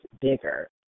bigger